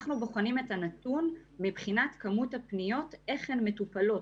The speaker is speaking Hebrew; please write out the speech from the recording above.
אנחנו בוחנים את הנתון מבחינת כמות הפניות איך הן מטופלות,